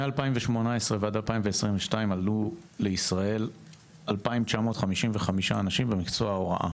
מ-2018 עד 2022 עלו לישראל 2,955 אנשים במקצוע ההוראה.